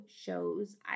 shows